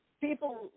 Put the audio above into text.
people